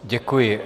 Děkuji.